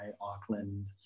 Auckland